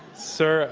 sir,